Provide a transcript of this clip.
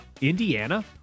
indiana